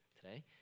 today